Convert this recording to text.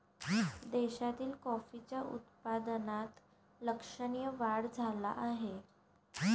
देशातील कॉफीच्या उत्पादनात लक्षणीय वाढ झाला आहे